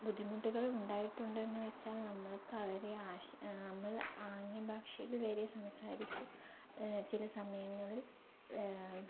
ബുദ്ധിമുട്ടുകൾ ഉണ്ടായിട്ടുണ്ട് എന്ന് വെച്ചാൽ നമ്മൾക്ക് അവരെ ആശ നമ്മൾ ആംഗ്യഭാഷയിൽ വരെ സംസാരിച്ച് ചില സമയങ്ങളിൽ